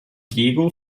diego